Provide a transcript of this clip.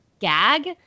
gag